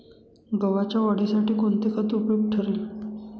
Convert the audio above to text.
गव्हाच्या वाढीसाठी कोणते खत उपयुक्त ठरेल?